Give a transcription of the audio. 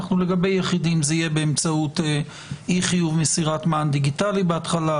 לגבי יחידים זה יהיה באמצעות אי-חיוב מסירת מען דיגיטלי בהתחלה,